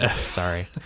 sorry